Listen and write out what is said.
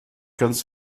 kannst